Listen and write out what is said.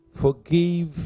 forgive